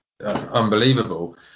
unbelievable